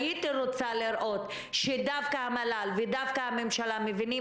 הייתי רוצה לראות שדווקא המל"ל ודווקא הממשלה מבינים